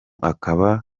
akaba